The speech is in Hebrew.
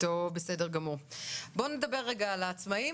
בואו נעבור רגע לעצמאים,